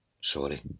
Sorry